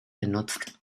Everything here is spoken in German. genutzt